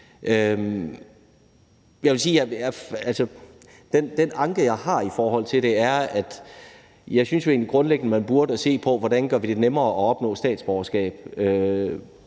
den anke, jeg har i forhold til forslaget, er, at jeg jo egentlig grundlæggende synes, at man burde se på, hvordan vi gør det nemmere at opnå statsborgerskab,